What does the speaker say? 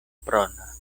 prona